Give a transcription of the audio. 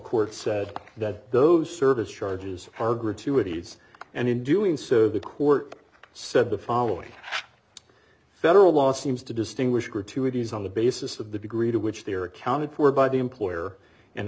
court said that those service charges are gratuities and in doing so the court said the following federal law seems to distinguish gratuities on the basis of the degree to which they are accounted for by the employer and